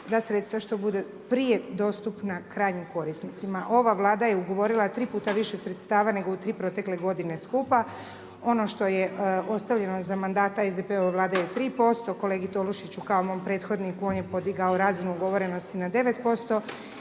da sredstva što budu prije dostupna krajnjim korisnicima. Ova Vlada je ugovorila 3 puta više sredstava nego u 3 protekle godine skupa. Ono što je ostavljeno za mandata SDP-ove Vlade je 3%, kolegi Tolušiću kao mom prethodniku, on je podigao razinu ugovorenosti na 9%.